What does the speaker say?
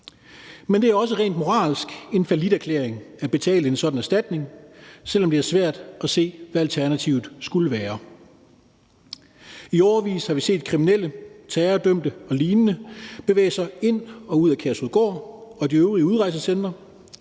Men det er også rent moralsk en falliterklæring at betale en sådan erstatning, selv om det er svært at se, hvad alternativet skulle være. I årevis har vi set kriminelle, terrordømte og lignende bevæge sig ind og ud af Kærshovedgård og de øvrige udrejsecentre.